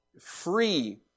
free